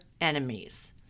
enemies